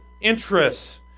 interests